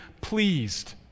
pleased